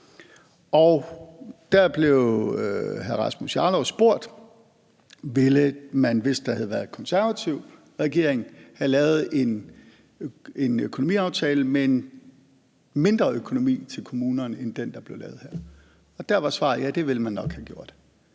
Der blev hr. Rasmus Jarlov spurgt, om man, hvis der havde været en konservativ regering, ville have lavet en økonomiaftale med en mindre økonomi til kommunerne end den, der blev lavet her. Og der var svaret: Ja, det ville man nok have gjort.